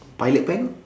pilot pen